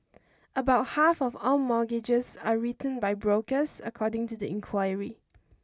about half of all mortgages are written by brokers according to the inquiry